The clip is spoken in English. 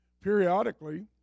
Periodically